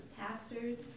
pastors